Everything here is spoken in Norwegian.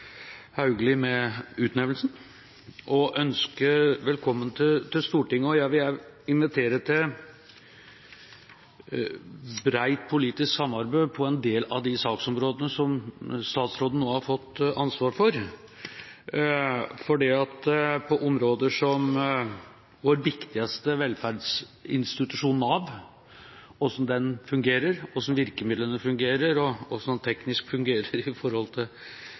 starter med å gratulere Hauglie med utnevnelsen og ønsker velkommen til Stortinget. Jeg vil også invitere til bredt politisk samarbeid på en del av de saksområdene som statsråden nå har fått ansvar for. På områder som vår viktigste velferdsinstitusjon, Nav – hvordan den fungerer, hvordan virkemidlene fungerer, og hvordan den teknisk fungerer med tanke på IKT-utstyr, for den saks skyld – og pensjon, der det